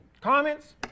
Comments